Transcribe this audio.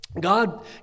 God